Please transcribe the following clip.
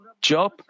Job